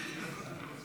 תשעה בעד, שלושה נגד.